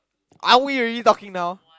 are we really talking now